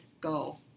go